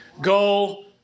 go